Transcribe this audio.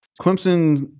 Clemson